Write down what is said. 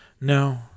No